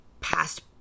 past